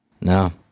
No